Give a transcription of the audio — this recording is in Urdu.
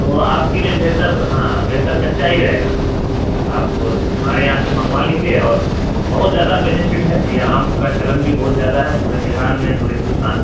تو آپ کے لیے بہتر ہاں بہتر کچا ہی رہے گا آپ ہمارے یہاں سے منگوا لیجیے اور بہت زیادہ بینیفٹ ہے یہ آم کا چلن بھی بہت زیادہ ہے پورے بہار میں پورے ہندوستان